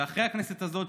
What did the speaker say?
ואחרי הכנסת הזאת,